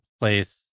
place